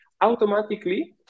Automatically